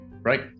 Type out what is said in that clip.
right